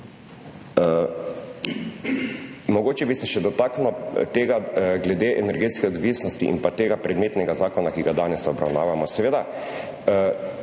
Mogoče bi se še dotaknil tega glede energetske odvisnosti in pa tega predmetnega zakona, ki ga danes obravnavamo. Seveda